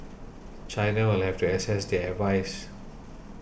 China will have to assess their advice